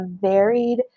varied